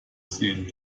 sehen